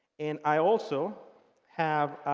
and i also have